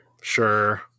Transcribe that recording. sure